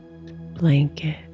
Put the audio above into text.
blanket